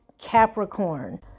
Capricorn